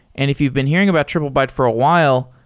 and if you've been hearing about triplebyte for a while,